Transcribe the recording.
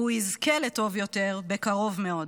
והוא יזכה לטוב יותר בקרוב מאוד.